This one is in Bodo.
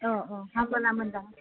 अ अ होनब्ला मोजां